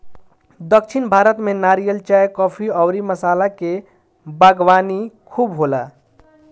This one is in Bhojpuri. दक्षिण भारत में नारियल, चाय, काफी अउरी मसाला के बागवानी खूब होला